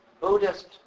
Buddhist